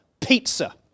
pizza